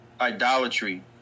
idolatry